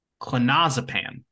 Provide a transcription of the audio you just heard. Clonazepam